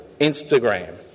Instagram